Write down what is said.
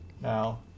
now